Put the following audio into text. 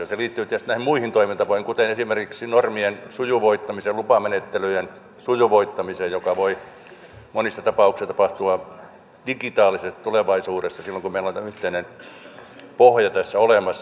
se liittyy tietysti näihin muihin toimintatapoihin kuten esimerkiksi normien sujuvoittamiseen lupamenettelyjen sujuvoittamiseen joka voi monissa tapauksissa tapahtua digitaalisesti tulevaisuudessa silloin kun meillä on tämä yhteinen pohja tässä olemassa